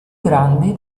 grandi